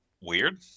weird